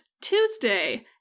Tuesday